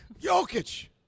Jokic